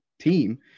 team